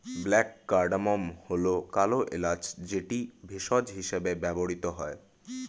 black cardamom হল কালো এলাচ যেটি ভেষজ হিসেবে ব্যবহৃত হয়